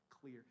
clear